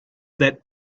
that